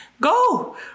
go